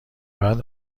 بعد